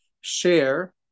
share